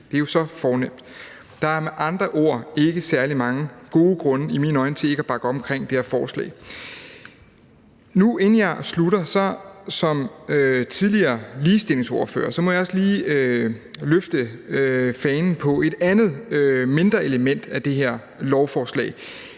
Det er jo så fornemt. Der er med andre ord ikke særlig mange gode grunde – i mine øjne – til ikke at bakke op om det her forslag. Inden jeg slutter, vil jeg sige, at jeg som tidligere ligestillingsordfører også lige må løfte fanen i forhold til et andet, mindre element i det her lovforslag